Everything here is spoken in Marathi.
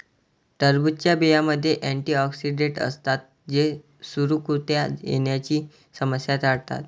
टरबूजच्या बियांमध्ये अँटिऑक्सिडेंट असतात जे सुरकुत्या येण्याची समस्या टाळतात